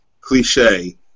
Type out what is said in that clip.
cliche